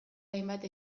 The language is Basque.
hainbat